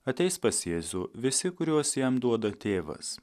ateis pas jėzų visi kuriuos jam duoda tėvas